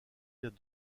vient